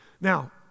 Now